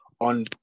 on